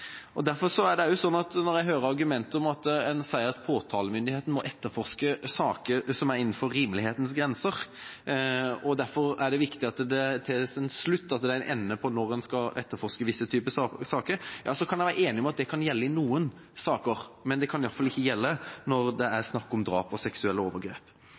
dette. Derfor er det også sånn at når jeg hører argumentet om at påtalemyndigheten må etterforske saker som er innenfor rimelighetens grenser, og at det derfor er viktig at det er en slutt, at det er en ende på når en skal etterforske visse typer saker, så kan jeg være enig i at det kan gjelde i noen saker, men det kan i hvert fall ikke gjelde når det er snakk om drap og seksuelle overgrep.